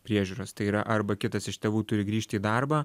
priežiūros tai yra arba kitas iš tėvų turi grįžt į darbą